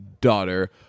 daughter